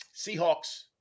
Seahawks